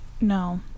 No